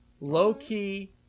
low-key